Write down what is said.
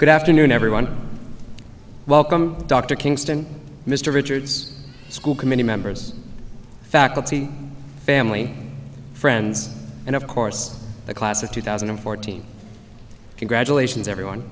good afternoon everyone welcome dr kingston mr richards school committee members faculty family friends and of course the class of two thousand and fourteen congratulations everyone